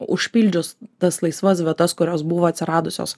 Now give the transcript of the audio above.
užpildžius tas laisvas vietas kurios buvo atsiradusios